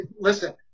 Listen